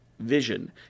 vision